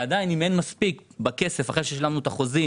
אם אין מספיק כסף אחרי ששילמנו את החוזים